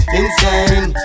insane